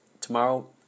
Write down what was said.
Tomorrow